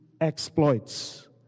exploits